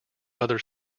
other